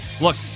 Look